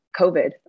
COVID